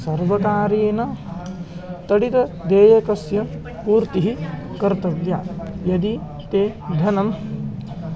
सर्वकारेण तडित् देयकस्य पूर्तिः कर्तव्या यदि ते धनं